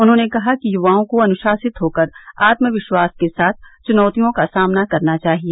उन्होंने कहा कि युवाओं को अनुशासित होकर आत्मविश्वास के साथ चुनौतियों का सामना करना चाहिए